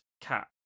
Cat